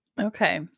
Okay